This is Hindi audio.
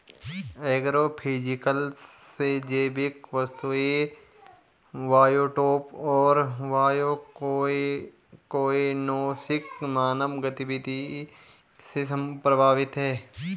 एग्रोफिजिक्स से जैविक वस्तुएं बायोटॉप और बायोकोएनोसिस मानव गतिविधि से प्रभावित हैं